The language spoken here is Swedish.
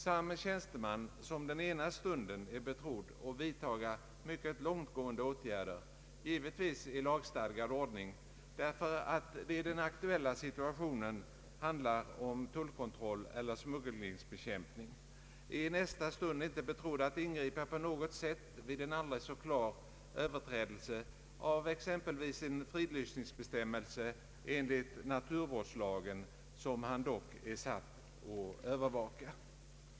Samme tjänsteman, som den ena stunden är betrodd att vidtaga mycket långtgående åtgärder — givetvis i lagstadgad ordning — därför att det i den aktuella situationen handlar om tullkontroll eller smugglingsbekämpning, är i nästa stund inte betrodd att ingripa på något sätt vid en aldrig så klar överträdelse av exempelvis en fridlysningsbestämmelse enligt naturvårdslagen, som han dock är satt att övervaka.